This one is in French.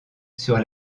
sur